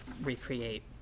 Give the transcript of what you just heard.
recreate